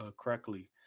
correctly